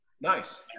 Nice